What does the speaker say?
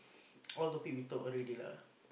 all topic we talk already lah